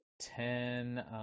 ten